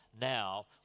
Now